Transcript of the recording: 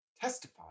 testify